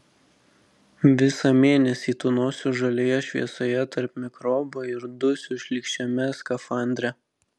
visą mėnesį tūnosiu žalioje šviesoje tarp mikrobų ir dusiu šlykščiame skafandre